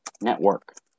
network